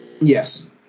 Yes